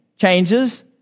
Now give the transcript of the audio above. changes